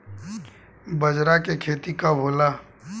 बजरा के खेती कब होला?